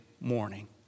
morning